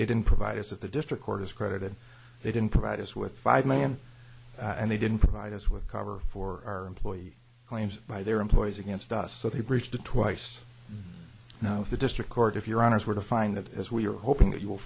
they didn't provide us at the district court is credited they didn't provide us with five million and they didn't provide us with cover for our employee claims by their employees against us so they breached the twice now the district court if your honour's were to find that as we are hoping that you will